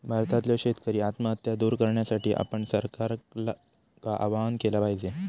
भारतातल्यो शेतकरी आत्महत्या दूर करण्यासाठी आपण सरकारका आवाहन केला पाहिजे